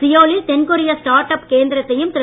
சியோலில் தென்கொரிய ஸ்டார்ட்அப் அவர் கேந்திரத்தையும் திரு